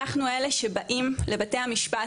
אנחנו אלה שבאים לבתי המשפט,